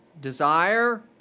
desire